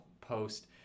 post